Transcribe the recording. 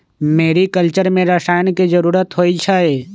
mariculture में रसायन के जरूरत होई छई